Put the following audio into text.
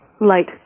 light